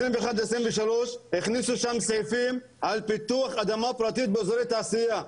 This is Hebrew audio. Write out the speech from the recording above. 21-23 הכניסו שם סעיפים על פיתוח אדמה פרטית באזורי תעשייה,